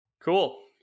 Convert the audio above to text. Cool